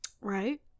Right